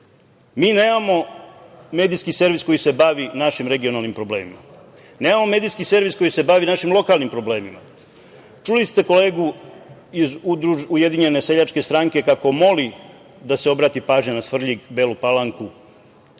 Mi nemamo medijski servis koji se bavi našim regionalnim problemima. Nemamo medijski servis koji se bavi našim lokalnim problemima. Čuli ste kolegu iz Ujedinjene seljačke stranke kako moli da se obrati pažnja na Svrljig, Belu Palanku.